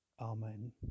Amen